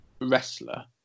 Wrestler